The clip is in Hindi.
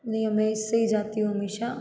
नहीं अब मैं इससे ही जाती हूँ हमेशा